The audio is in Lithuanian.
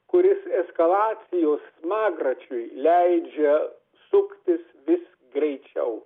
kuris eskalacijos smagračiui leidžia suktis vis greičiau